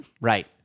right